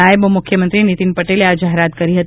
નાયબ મુખ્યમંત્રી નીતિન પટેલે આ જાહેરાત કરી હતી